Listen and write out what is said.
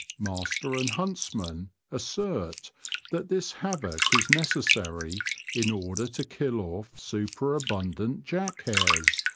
master and huntsman assert that this havoc is necessary in order to kill off superabundant jack-hares,